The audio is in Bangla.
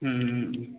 হুম হুম হুম